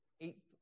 eight